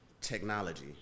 Technology